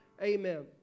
Amen